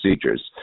procedures